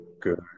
good